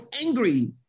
angry